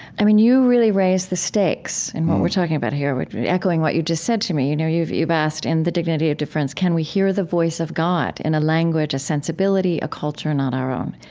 i mean, you really raised the stakes in what we're talking about here. echoing what you just said to me, you know you've you've asked in the dignity of difference, can we hear the voice of god in a language, a sensibility, a culture not our own?